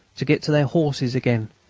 to get to their horses again,